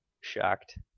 shocked